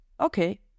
okay